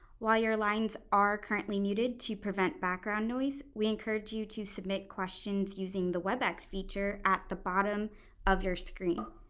while your lines are currently muted to prevent background noise, we encourage you to submit questions using the webex feature at the bottom of your screen.